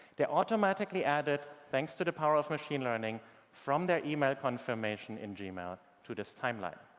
they're automatically added thanks to the power of machine learning from their email confirmation in gmail to this timeline.